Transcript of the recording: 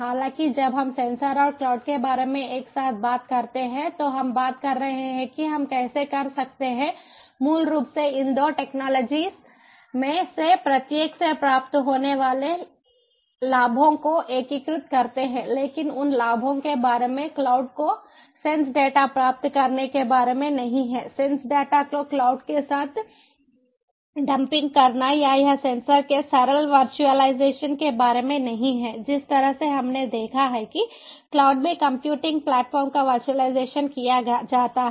हालाँकि जब हम सेंसर और क्लाउड के बारे में एक साथ बात करते हैं तो हम बात कर रहे हैं कि हम कैसे कर सकते हैं मूल रूप से इन 2 टेक्नोलॉजीज में से प्रत्येक से प्राप्त होने वाले लाभों को एकीकृत करते हैं लेकिन उन लाभों के बारे में क्लाउड को सेन्स डेटा प्राप्त करने के बारे में नहीं है सेन्स डेटा को क्लाउड के साथ डंपिंग करना या यह सेंसर के सरल वर्चुअलाइजेशन के बारे में नहीं है जिस तरह से हमने देखा है कि क्लाउड में कंप्यूटिंग प्लेटफॉर्म का वर्चुअलाइजेशन किया जाता है